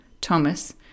Thomas